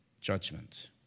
judgment